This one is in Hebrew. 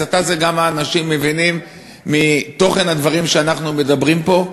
הסתה זה גם מה האנשים מבינים מתוכן הדברים שאנחנו אומרים פה.